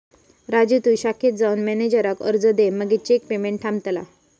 राजू तु शाखेत जाऊन मॅनेजराक अर्ज दे मगे चेक पेमेंट थांबतला